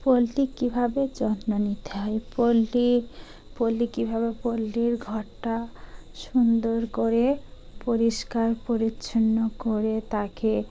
পোল্ট্রির কীভাবে যত্ন নিতে হয় পোল্ট্রির পোল্টী কীভাবে পোল্ট্রির ঘরটা সুন্দর করে পরিষ্কার পরিচ্ছন্ন করে তাকে